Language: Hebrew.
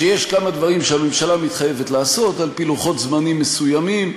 שיש כמה דברים שהממשלה מתחייבת לעשות על-פי לוחות זמנים מסוימים.